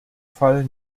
fall